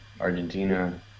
Argentina